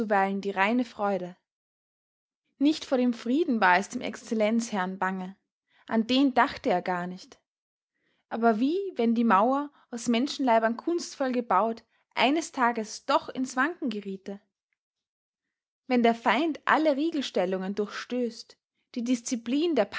zuweilen die reine freude nicht vor dem frieden war es dem excellenzherrn bange an den dachte er gar nicht aber wie wenn die mauer aus menschenleibern kunstvoll gebaut eines tages doch in's wanken geriete wenn der feind alle riegelstellungen durchstößt die disziplin der